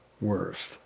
worst